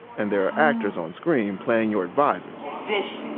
and there are actors on screen playing your advisers this